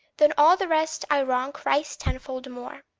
than all the rest i wrong christ tenfold more,